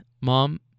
mom